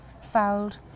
Fouled